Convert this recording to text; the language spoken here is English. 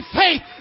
faith